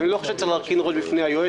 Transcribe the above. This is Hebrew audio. אני חושב שלא צריך להרכין ראש בפני היועץ,